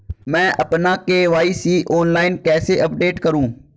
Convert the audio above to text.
मैं अपना KYC online कैसे अपडेट करूँ?